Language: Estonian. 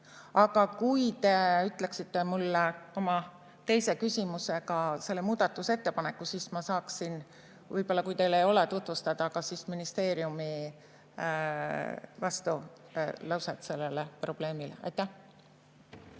Aga kui te ütleksite mulle oma teise küsimusega selle muudatusettepaneku, siis ma saaksin võib-olla, kui teil seda ei ole, tutvustada ka ministeeriumi vastulauset sellele probleemile. Suur